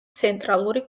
ცენტრალური